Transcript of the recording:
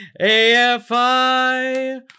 AFI